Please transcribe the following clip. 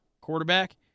quarterback